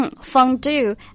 Fondue